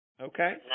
Okay